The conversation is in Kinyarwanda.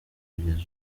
kugeza